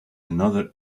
another